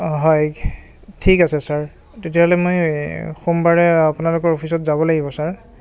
অঁ হয় ঠিক আছে ছাৰ তেতিয়াহ'লে মই সোমবাৰে আপোনালোকৰ অফিচত যাব লাগিব ছাৰ